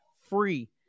free